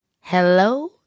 Hello